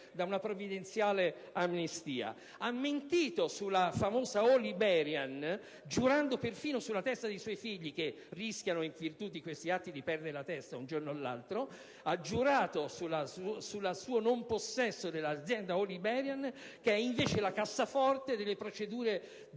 da una provvidenziale amnistia; ha mentito sulla famosa All Iberian, giurando persino sulla testa dei suoi figli, (che in virtù di questi atti rischiano di perdere la testa un giorno o l'altro) sul non possesso della suddetta azienda, che è invece la cassaforte delle procedure